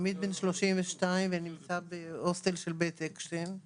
עמית בן 32 ונמצא בהוסטל של בית אקשטיין.